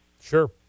Sure